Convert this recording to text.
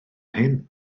hyn